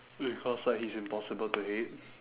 because like he's impossible to hate